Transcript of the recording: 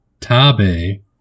Tabe